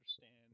understand